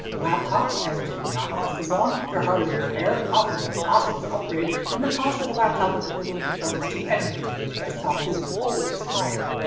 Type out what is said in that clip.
laptops tend to not last as long, they're harder to repair, often impossible to upgrade, and the cost of a laptop with equivalent performance to any particular desktop is always higher.